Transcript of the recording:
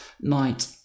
night